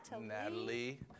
Natalie